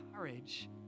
courage